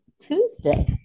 Tuesday